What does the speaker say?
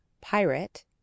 pirate